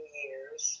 years